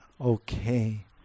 okay